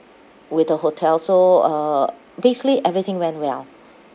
with the hotel so uh basically everything went well